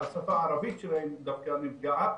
השפה הערבית שלהם דווקא נפגעת,